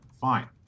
fine